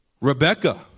Rebecca